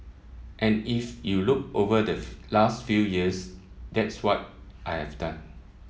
and if you look over the last few years that's what I have done